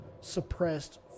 suppressed